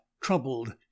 troubled